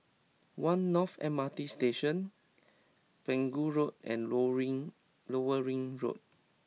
One North M R T Station Pegu Road and Lower Ring Lower Ring Road